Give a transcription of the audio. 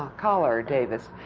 ah coller davis.